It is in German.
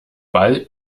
ball